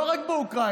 לא רק באוקראינה.